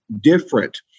different